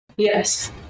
Yes